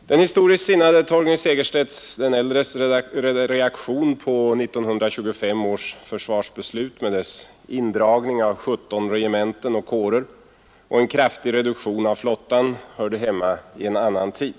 Den historiskt sinnade Torgny Segerstedt den äldres reaktion på 1925 års försvarsbeslut med dess indragning av 17 regementen och kårer och en kraftig reduktion av flottan hörde hemma i en annan tid.